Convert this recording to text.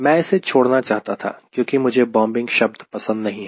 मैं इसे छोड़ना चाहता था क्योंकि मुझे बोम्बिंग शब्द पसंद नहीं है